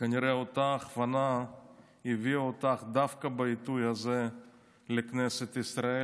וכנראה שאותה הכוונה הביאה אותך דווקא בעיתוי הזה לכנסת ישראל,